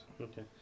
Okay